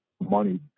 money